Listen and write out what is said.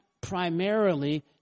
primarily